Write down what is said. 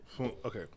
okay